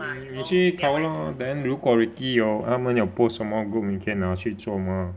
你去考 lor then 如果 Ricky hor 他们有 post 什么 group 你可以拿去做 mah